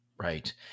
Right